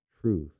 truth